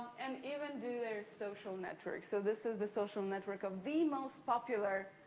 and even do their social network. so, this is the social network of the most popular